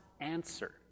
answer